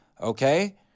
okay